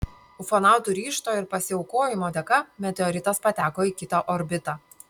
ufonautų ryžto ir pasiaukojimo dėka meteoritas pateko į kitą orbitą